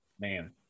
man